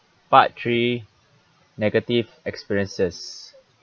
part three negative experiences